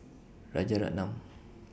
Rajaratnam